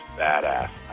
badass